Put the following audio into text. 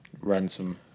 Ransom